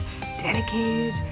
dedicated